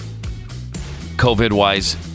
COVID-wise